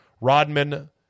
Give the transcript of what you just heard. Rodman